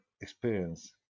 experience